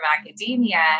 academia